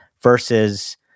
Versus